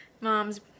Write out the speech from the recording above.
Moms